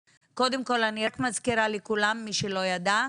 קודם כל אני רק מזכירה לכולם, מי שלא ידע,